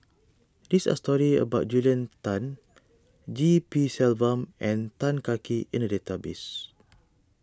these are stories about Julia Tan G P Selvam and Tan Kah Kee in the database